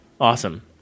Awesome